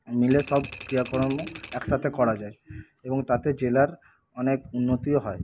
মিলে সব ক্রিয়াকর্ম একসাথে করা যায় এবং তাতে জেলার অনেক উন্নতিও হয়